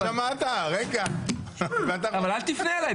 נו, עכשיו מה --- אבל אל תפנה אליי.